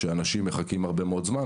אנשים מחכים הרבה מאוד זמן.